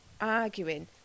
arguing